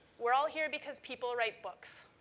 we're all here because people write books,